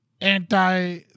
anti